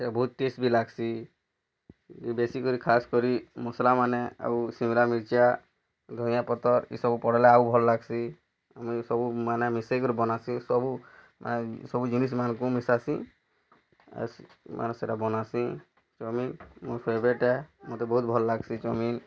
ସେଟା ବହୁତ୍ ଟେଷ୍ଟ୍ ବି ଲାଗ୍ସି ଏ ବେଶୀକରି ଖାସ୍ କରି ମସ୍ଲାମାନେ ଆଉ ଶିମ୍ଲା ମିର୍ଚା ଧନିଆ ପତର୍ ଇସବୁ ପଡ଼୍ଲେ ଆଉ ଭଲ୍ ଲାଗ୍ସି ଆମେ ସବୁ ମାନେ ମିଶେଇକରି ବନାସି ସବୁ ମାନେ ସବୁ ଜିନିଷ୍ମାନ୍କୁ ମିଶାସି ମାନେ ସେଟା ବନାସିଁ ଚମିନ୍ ମୋର୍ ଫେବ୍ରାଇଟ୍ ଏ ମୋତେ ବହୁତ୍ ଭଲ୍ ଲାଗ୍ସି ଚମିନ୍